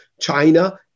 China